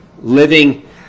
living